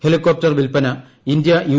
helicopter വിൽപ്പന India U